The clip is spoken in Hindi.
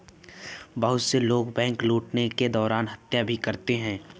बहुत से लोग बैंक लूटने के दौरान हत्या भी करते हैं